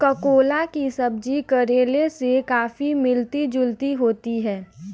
ककोला की सब्जी करेले से काफी मिलती जुलती होती है